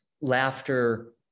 laughter